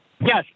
Yes